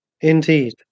Indeed